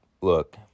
Look